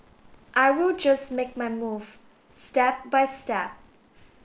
I will just make my move step by step